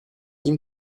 ihm